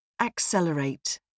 Accelerate